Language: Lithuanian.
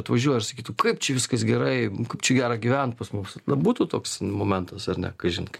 atvažiuoja ir sakytų kaip čia viskas gerai kaip čia gera gyventi pas mus būtų toks momentas ar ne kažin